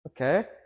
okay